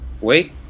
Wait